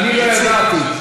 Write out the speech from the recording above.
אני הצעתי.